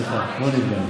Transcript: סליחה, לא נפגענו.